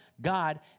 God